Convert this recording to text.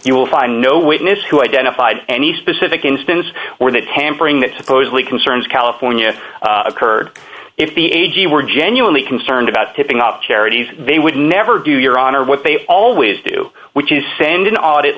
you will find no witness who identified any specific instance where the tampering that supposedly concerns california occurred if the a g were genuinely concerned about tipping off charities they would never do your honor what they always do which is send an audit